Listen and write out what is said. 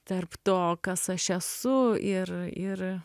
tarp to kas aš esu ir ir